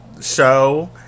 show